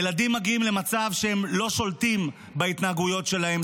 ילדים מגיעים למצב שהם לא שולטים בהתנהגויות שלהם,